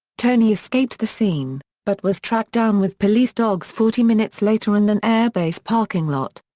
tony escaped the scene, but was tracked down with police dogs forty minutes later in an airbase parking lot.